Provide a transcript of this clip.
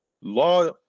Law